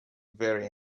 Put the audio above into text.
very